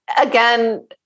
again